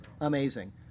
Amazing